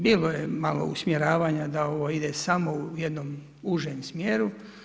Bilo je malo usmjeravanja da ovo ide samo u jednom užem smjeru.